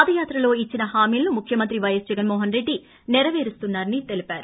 పాదయాత్రలో ఇచ్చిన హామీలను ముఖ్యమంత్ర పైఎస్ జగన్ మోహన్ రెడ్డి నెరవేరుస్తున్నా రని తెలిపారు